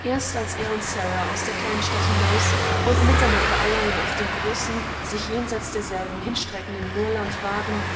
erst als er und sara aus der kleinen stadt hinaus und mit einander allein auf dem großen sich jenseits derselben hinstreckenden moorland waren